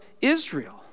Israel